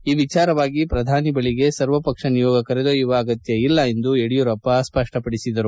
ಈ ವಿಚಾರವಾಗಿ ಪ್ರಧಾನಿ ಬಳಿಗೆ ಸರ್ವ ಪಕ್ಷ ನಿಯೋಗ ಕರೆದೊಯ್ಯವ ಅಗತ್ಯ ಇಲ್ಲ ಎಂದು ಯಡಿಯೂರಪ್ಪ ಹೇಳಿದರು